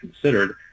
considered